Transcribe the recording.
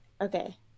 okay